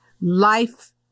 life